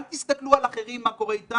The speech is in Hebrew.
אל תסתכלו על אחרים, מה קורה אתם,